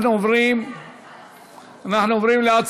78 בעד, שמונה מתנגדים, שישה נמנעים.